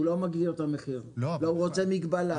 לא, הוא רוצה מגבלה.